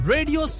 Radio